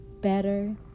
better